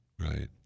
Right